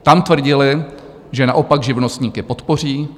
Tam tvrdili, že naopak živnostníky podpoří.